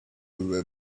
will